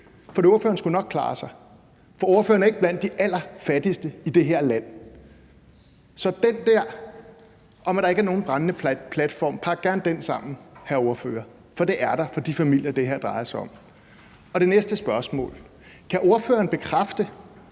ikke, for ordføreren skulle nok klare sig, for ordføreren er ikke blandt de allerfattigste i det her land. Så pak gerne den der om, at der ikke er nogen brændende platform, sammen, hr. ordfører, for det er der for de familier, det her drejer sig om. Det næste spørgsmål er: Kan ordføreren bekræfte,